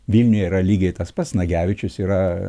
vilniuje yra lygiai tas pats nagevičius yra